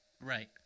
Right